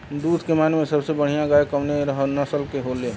दुध के माने मे सबसे बढ़ियां गाय कवने नस्ल के होली?